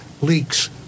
leaks